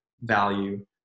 value